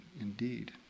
indeed